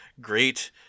great